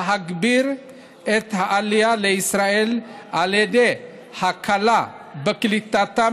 היא להגביר את העלייה לישראל על ידי הקלה בקליטתם